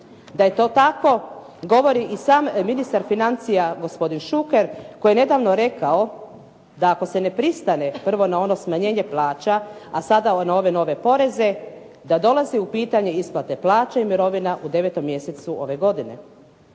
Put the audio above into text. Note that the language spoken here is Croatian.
Da je to tako govori i sam ministar financija gospodin Šuker koji je nedavno rekao da ako se ne pristane prvo na ono smanjenje plaća a sada na ove nove poreze da dolazi u pitanje isplate plaća i mirovina u 9. mjesecu ove godine.